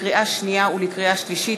לקריאה שנייה ולקריאה שלישית,